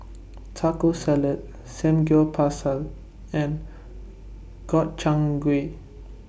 Taco Salad Samgyeopsal and Gobchang Gui